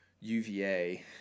UVA